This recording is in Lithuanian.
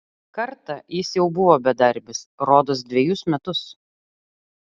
kartą jis jau buvo bedarbis rodos dvejus metus